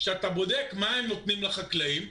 כשאתה בודק מה הם נותנים לחקלאים,